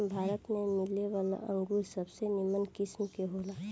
भारत में मिलेवाला अंगूर सबसे निमन किस्म के होला